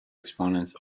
exponents